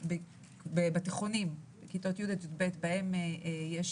בתיכונים, כיתות י-י"ב, בהם יש